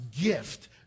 gift